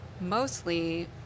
mostly